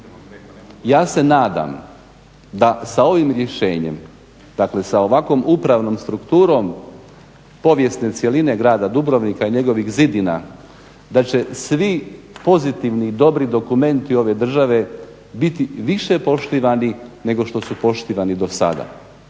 Ja se nadam da sa ovim rješenjem da sa ovakvom upravnom strukturnom povijesne cjeline grada Dubrovnika i njegovih zidina da će svi pozitivni i dobri dokumenti ove države biti više poštivani nego što su poštivani do sada.